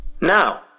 Now